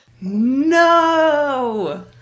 No